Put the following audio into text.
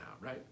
right